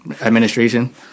administration